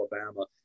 Alabama